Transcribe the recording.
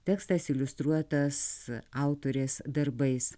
tekstas iliustruotas autorės darbais